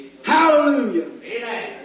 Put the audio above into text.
Hallelujah